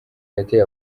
yateye